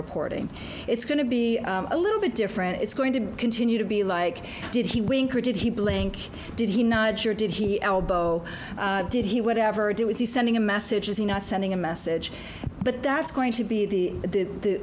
reporting it's going to be a little bit different it's going to continue to be like did he wink or did he blink did he not sure did he elbow did he whatever do is he sending a message is he not sending a message but that's going to be the